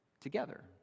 together